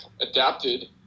adapted